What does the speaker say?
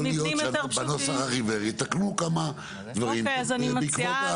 יכול להיות שבנוסח החיוור יתקנו כמה דברים בעקבות,